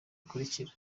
gikurikira